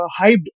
hyped